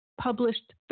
published